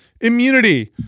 immunity